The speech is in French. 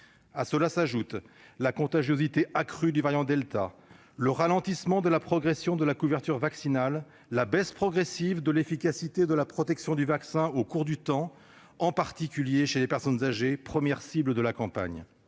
À cela s'ajoutent la contagiosité accrue du variant delta, le ralentissement de la progression de la couverture vaccinale et la baisse progressive de l'efficacité de la protection du vaccin au fil du temps, en particulier chez les personnes âgées, premières cibles de la campagne.